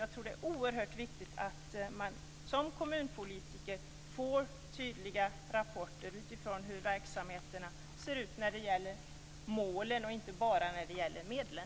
Jag tror att det är oerhört viktigt att man som kommunpolitiker får tydliga rapporter om hur verksamheterna ser ut när det gäller målen, inte bara när det gäller medlen.